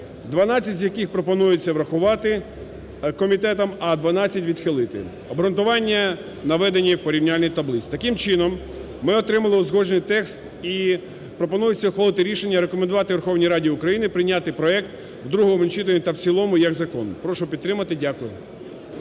12 з яких пропонується врахувати комітетом, а 12 відхилити. Обґрунтування наведені в порівняльній таблиці. Таким чином, ми отримали узгоджений текст, і пропонується ухвалити рішення рекомендувати Верховній Раді України прийняти проект в другому читанні та в цілому як закон. Прошу підтримати. Дякую.